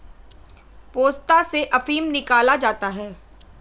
पोस्ता से अफीम निकाला जाता है